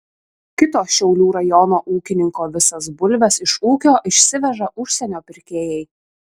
kito šiaulių rajono ūkininko visas bulves iš ūkio išsiveža užsienio pirkėjai